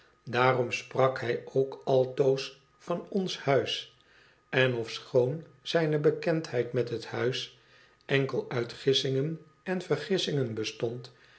daarom sprak hij ook altoos van ons huis en oêchoon zijne bekendheid met het huis enkel uit gissingen en vergissingen bestond